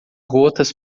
gotas